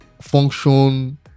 function